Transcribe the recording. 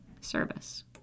Service